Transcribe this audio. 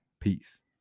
peace